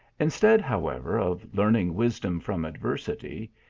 instead, however, of learning wis dom from adversity,